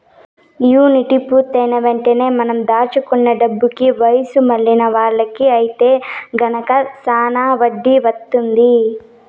annuity పూర్తయిన వెంటనే మనం దాచుకున్న డబ్బుకి వయసు మళ్ళిన వాళ్ళకి ఐతే గనక శానా వడ్డీ వత్తుంది